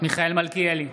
מיכאל מלכיאלי,